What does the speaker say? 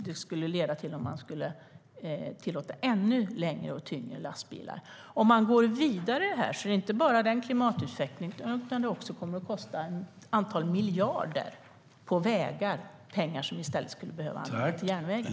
Om ännu längre och tyngre lastbilar blev tillåtna skulle det behövas. Om man går vidare är det inte bara klimateffekten som kommer att kosta, utan det kommer att kosta ett antal miljarder att förstärka våra vägar. Det är pengar som vi i stället skulle behöva använda till järnvägen.